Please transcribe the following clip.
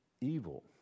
evil